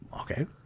Okay